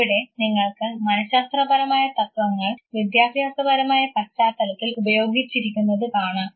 ഇവിടെ നിങ്ങൾക്ക് മനഃശാസ്ത്രപരമായ തത്വങ്ങൾ വിദ്യാഭ്യാസപരമായ പശ്ചാത്തലത്തിൽ ഉപയോഗിച്ചിരിക്കുന്നതു കാണാം